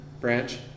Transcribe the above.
branch